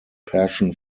passion